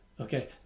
Okay